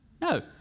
No